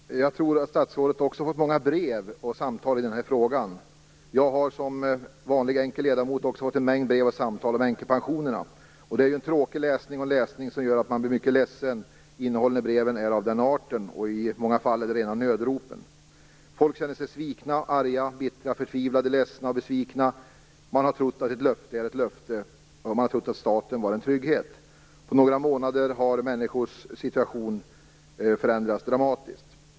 Fru talman! Jag tror att statsrådet har fått många brev och samtal om den här frågan. Jag, som vanlig enkel ledamot, har också fått en mängd brev och samtal om änkepensionerna. Det är tråkig läsning, och läsning som gör att man blir mycket ledsen. Innehållet i breven är av den arten - i många fall är det rena nödropen. Folk känner sig svikna, arga, bittra, förtvivlade, ledsna och besvikna. Man har trott att ett löfte är ett löfte, och att staten är en trygghet. På några månader har människors situation förändrats dramatiskt.